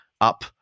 up